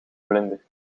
vlinder